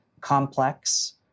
complex